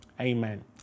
amen